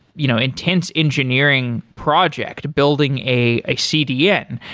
you know intense engineering project building a a cdn.